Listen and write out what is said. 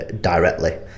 directly